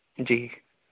جی